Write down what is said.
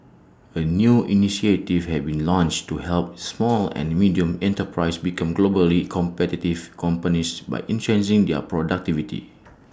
A new initiative have been launched to help small and medium enterprises become globally competitive companies by their productivity